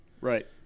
right